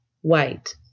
white